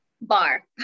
Bar